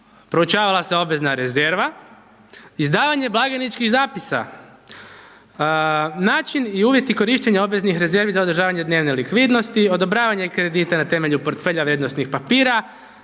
proučavala se obvezna rezerva, izdavanje blagajničkih zapisa, način i uvjeti korištenja obveznih rezervi za održavanje dnevne likvidnosti, odobravanje kredita na temelju porfelja vrijednosnih papira,